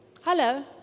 Hello